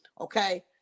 Okay